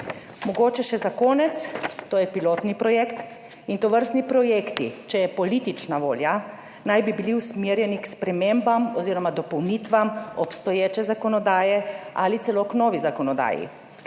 Mogoče še za konec: to je pilotni projekt in tovrstni projekti, če je politična volja, naj bi bili usmerjeni k spremembam oziroma dopolnitvam obstoječe zakonodaje ali celo k novi zakonodaji.